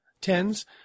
tens